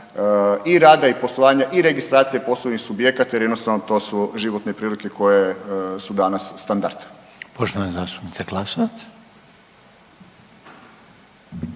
i rada i poslovanja i registracije poslovnih subjekata jer jednostavno to su životne prilike koje su danas standard. **Reiner, Željko